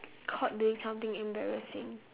caught doing something embarrassing